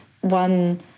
one